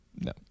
No